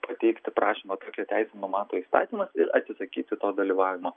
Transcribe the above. pateikti prašymą tokią teisę numato įstatymas ir atsisakyti to dalyvavimo